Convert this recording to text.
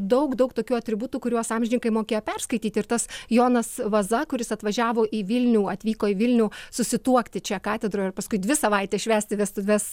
daug daug tokių atributų kuriuos amžininkai mokėjo perskaityti ir tas jonas vaza kuris atvažiavo į vilnių atvyko į vilnių susituokti čia katedroj ir paskui dvi savaites švęsti vestuves